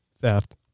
theft